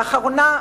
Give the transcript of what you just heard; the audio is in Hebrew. לאחרונה,